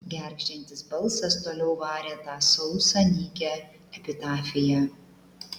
gergždžiantis balsas toliau varė tą sausą nykią epitafiją